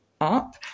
up